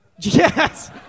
Yes